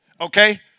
Okay